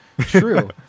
True